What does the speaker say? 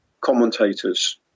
commentators